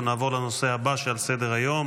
אנחנו נעבור לנושא הבא שעל סדר-היום: